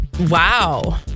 wow